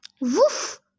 Woof